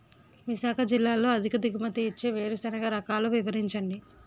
విశాఖ జిల్లాలో అధిక దిగుమతి ఇచ్చే వేరుసెనగ రకాలు వివరించండి?